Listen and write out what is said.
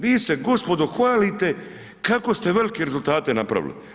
Vi se gospodo hvalite kako ste velike rezultate napravili.